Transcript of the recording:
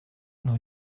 noch